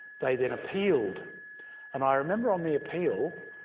they then appealed and i remember on the appeal,